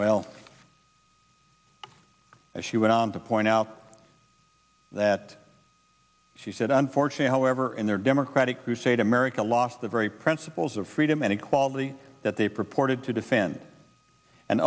as she went on to point out that she said unfortunate however in their democratic crusade america lost the very principles of freedom and equality that they purported to defend and